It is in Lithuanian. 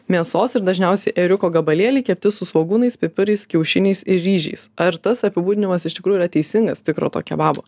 mėsos ir dažniausiai ėriuko gabalėliai kepti su svogūnais pipirais kiaušiniais ir ryžiais ar tas apibūdinimas iš tikrųjų yra teisingas tikro to kebabo